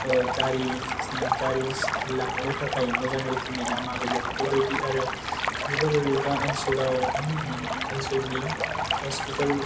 गारि गारि लांनो थाखाय मोजां रोखोमनि लामा गैया बेफोरबायदि आरो बबेबा बबेबा ओनसोलनि हस्पिटाल